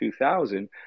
2000